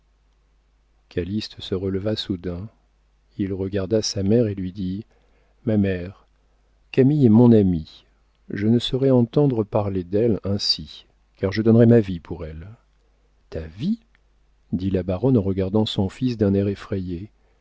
calyste se releva soudain il regarda sa mère et lui dit ma mère camille est mon amie je ne saurais entendre parler d'elle ainsi car je donnerais ma vie pour elle ta vie dit la baronne en regardant son fils d'un air effrayé